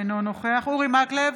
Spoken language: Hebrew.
אינו נוכח אורי מקלב,